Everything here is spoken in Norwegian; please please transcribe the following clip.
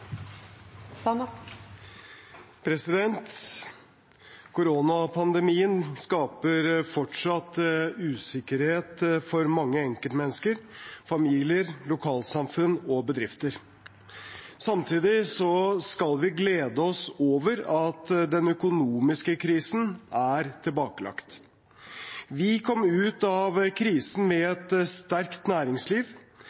bedrifter. Samtidig skal vi glede oss over at den økonomiske krisen er tilbakelagt. Vi kom ut av krisen med